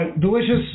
delicious